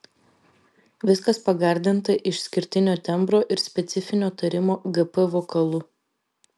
viskas pagardinta išskirtinio tembro ir specifinio tarimo gp vokalu